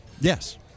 Yes